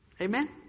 Amen